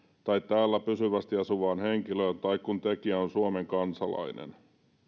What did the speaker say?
tai täällä pysyvästi asuvaan henkilöön tai kun tekijä on suomen kansalainen